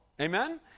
Amen